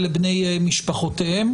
ולבני משפחותיהם.